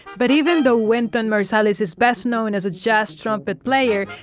but even though wynton marsalis is best known as a jazz trumpet player,